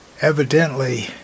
Evidently